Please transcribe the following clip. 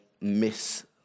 miss